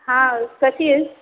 हां कशी आहेस